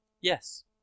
Yes